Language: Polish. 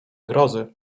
grozy